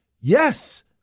Yes